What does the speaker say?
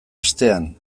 astean